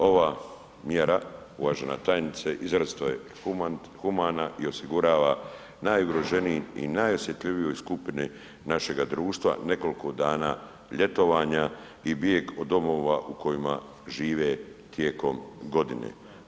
Ova mjera uvažena tajnice izrazito je humana i osigurava najugroženijoj i najosjetljivijoj skupni našega društva nekoliko dana ljetovanja i bijeg od domova u kojima žive tijekom godine.